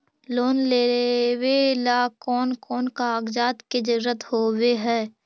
Loan लेबे ला कौन कौन कागजात के जरुरत होबे है?